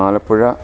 Alappuzha